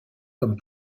comme